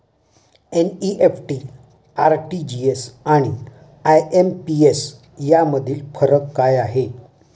NEFT, RTGS आणि IMPS यामधील फरक काय आहे?